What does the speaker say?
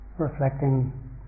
Reflecting